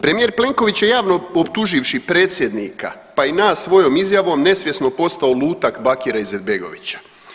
Premijer Plenković je javno optuživši predsjednika, pa i nas svojom izjavom nesvjesno postao lutak Bakira Izetbegovića.